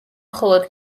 მხოლოდ